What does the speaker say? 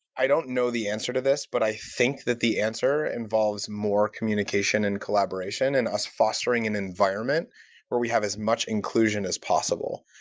i don't know the answer to this, but i think that the answer involves more communication and collaboration and us fostering an environment where we have as much inclusion as possible.